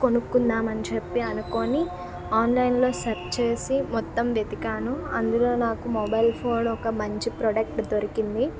కొనుక్కుందాం అని చెప్పి అనుకోని ఆన్లైన్లో సెర్చ్ చేసి మొత్తం వెతికాను అందులో నాకు మొబైల్ ఫోన్ ఒక మంచి ప్రోడక్ట్ దొరికింది